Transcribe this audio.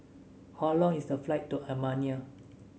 how long is the flight to Armenia